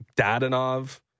Dadanov